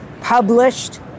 published